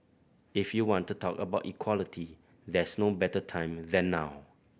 if you want to talk about equality there's no better time than now